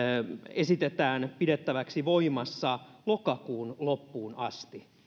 esitetään pidettäväksi voimassa lokakuun loppuun asti